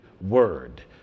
word